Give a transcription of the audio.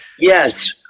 Yes